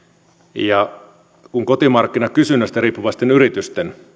ja kun kotimarkkinakysynnästä riippuvaisten yritysten